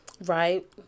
right